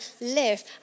live